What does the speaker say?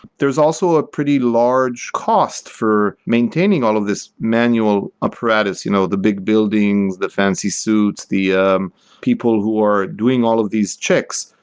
there is also a pretty large cost for maintaining all of this manual apparatus, you know the big buildings, the fancy suits, the ah um people who are doing all of these checks.